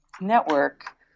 network